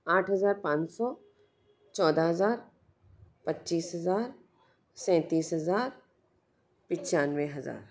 आँठ हज़ार पाँच सौ चौदह हज़ार पच्चीस हज़ार सैंतिस हज़ार पचानवे हज़ार